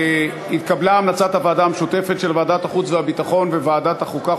התקבלה המלצת הוועדה המשותפת של ועדת החוץ והביטחון וועדת החוקה,